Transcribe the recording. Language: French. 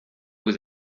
vous